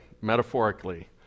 metaphorically